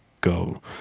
go